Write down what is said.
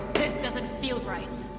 this doesn't feel right